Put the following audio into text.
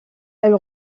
elle